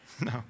No